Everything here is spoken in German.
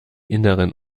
inneren